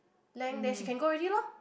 length then she can go already lor